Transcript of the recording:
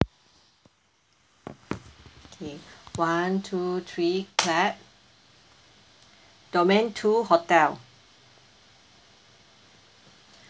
okay one two three clap domain two hotel